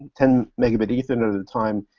ten megabit ethernet at the time,